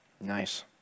Nice